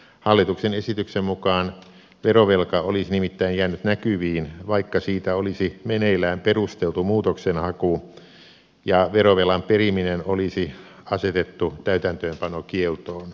hallituksen esityksen mukaan verovelka olisi nimittäin jäänyt näkyviin vaikka siitä olisi meneillään perusteltu muutoksenhaku ja verovelan periminen olisi asetettu täytäntöönpanokieltoon